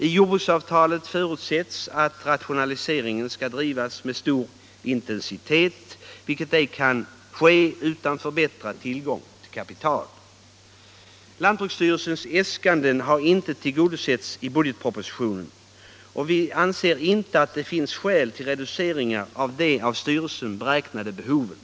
I jordbruksavtalet förutsätts att rationaliseringen skall drivas med stor intensitet, vilket ej kan ske utan förbättrad tillgång till kapital. Lantbruksstyrelsens äskanden har inte tillgodosetts i budgetpropositionen. Vi anser inte att det finns skäl till reduceringar av de av lantbruksstyrelsen beräknade behoven.